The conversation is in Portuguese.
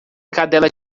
cadela